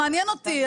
מעניין אותי.